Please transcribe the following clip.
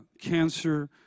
cancer